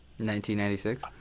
1996